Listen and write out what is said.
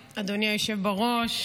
תודה רבה, אדוני היושב בראש.